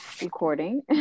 recording